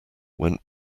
went